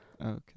Okay